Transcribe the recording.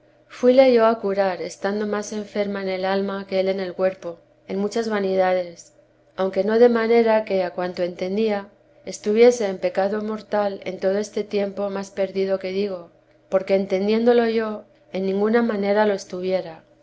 días fuíle yo a curar estando más enferma en el alma que él en el cuerpo en muchas vanidades aunque no de manera que a cuanto entendía estuviese en pecado mortal en todo este tiempo más perdido que digo porque entendiéndolo yo en ninguna manera lo estuviera